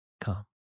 come